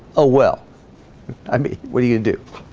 ah well i mean, what do you do?